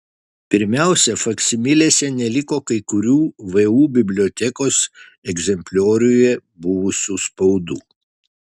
pirmiausia faksimilėse neliko kai kurių vu bibliotekos egzemplioriuje buvusių spaudų